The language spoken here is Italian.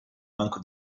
banco